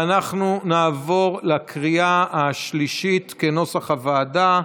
אנחנו נעבור לקריאה השלישית כנוסח הוועדה.